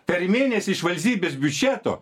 per mėnesį iš valstybės biudžeto